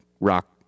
rock